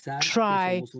try